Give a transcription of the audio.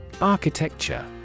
Architecture